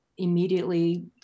Immediately